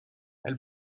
elle